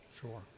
Sure